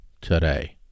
today